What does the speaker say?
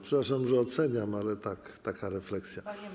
Przepraszam, że oceniam, ale taka refleksja.